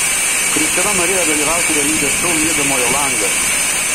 kristina norėjo dalyvauti realybės šou miegamojo langas